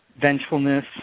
vengefulness